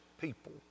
people